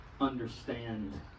understand